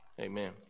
amen